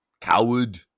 Coward